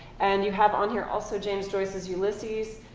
and you have on here also james joyce's ulysses.